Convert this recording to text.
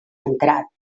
entrat